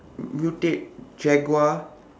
mutate jaguar